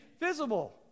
visible